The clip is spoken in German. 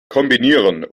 kombinieren